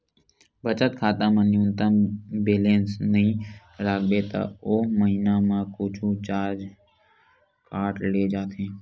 बचत खाता म न्यूनतम बेलेंस नइ राखबे त ओ महिना म कुछ चारज काट ले जाथे